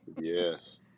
Yes